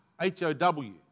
H-O-W